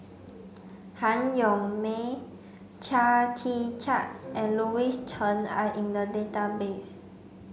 Han Yong May Chia Tee Chiak and Louis Chen are in the database